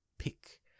Pick